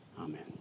amen